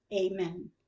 Amen